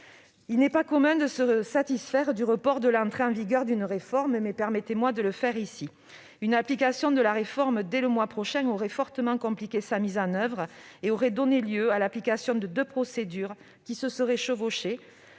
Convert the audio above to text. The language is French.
Il n'est pas commun de se satisfaire du report de l'entrée en vigueur d'une réforme, mais permettez-moi de le faire ici. Une mise en oeuvre de la réforme dès le mois prochain aurait été très compliquée et aurait donné lieu à l'application de deux procédures, qui se seraient chevauchées,